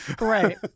Right